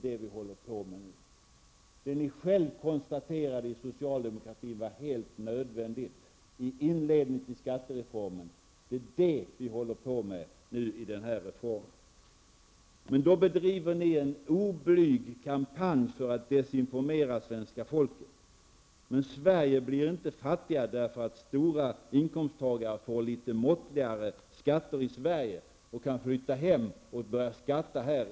Det ni själva konstaterade var helt nödvändigt i inledningen till skattereformen vi håller på med nu. Men då bedriver ni en oblyg kampanj för att desinformera svenska folket, men Sverige blir inte fattigare därför att höginkomsttagare får litet måttligare skatter i Sverige och kan flytta hem så att man kan börja beskatta dem här hemma.